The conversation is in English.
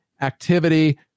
activity